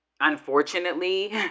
Unfortunately